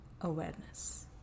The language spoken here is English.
Awareness